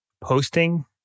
posting